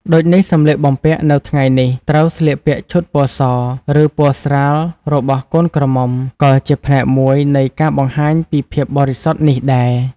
ដូចនេះសម្លៀកបំពាក់នៅថ្ងៃនេះត្រូវស្លៀកពាក់ឈុតពណ៌ស ឬពណ៌ស្រាលរបស់កូនក្រមុំក៏ជាផ្នែកមួយនៃការបង្ហាញពីភាពបរិសុទ្ធនេះដែរ ។